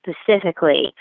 specifically